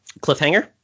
cliffhanger